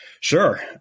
Sure